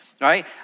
right